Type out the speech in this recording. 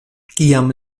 kiam